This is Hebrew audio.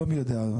לא מי יודע,